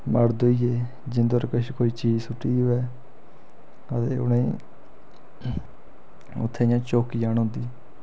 मर्द होई गे जिंदे पर किश कोई चीज सुट्टी दी होऐ आ ते उ'नेंगी उत्थें इ'यां चौकी जन औंदी